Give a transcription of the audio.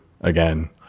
again